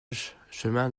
chemin